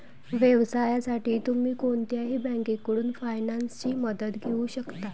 व्यवसायासाठी तुम्ही कोणत्याही बँकेकडून फायनान्सची मदत घेऊ शकता